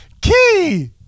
key